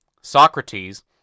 Socrates